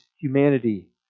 humanity